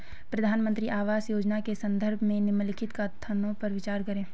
प्रधानमंत्री आवास योजना के संदर्भ में निम्नलिखित कथनों पर विचार करें?